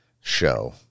show